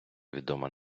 відома